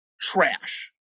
trash